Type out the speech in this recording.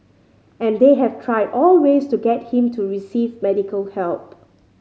and they have tried all ways to get him to receive medical help